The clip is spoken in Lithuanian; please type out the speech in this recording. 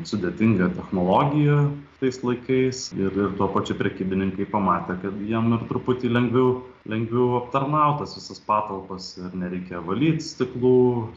sudėtinga technologija tais laikais ir ir tuo pačiu prekybininkai pamatė kad jiem net truputį lengviau lengviau aptarnaut tas visas patalpas ir nereikia valyt stiklų